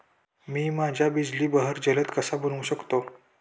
मी माझ्या बिजली बहर जलद कसा बनवू शकतो?